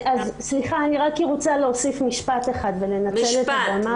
אני רק רוצה להוסיף משפט אחד ולנצל את הבמה כאן.